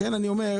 לכן אני אומר,